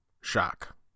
Shock